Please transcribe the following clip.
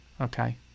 Okay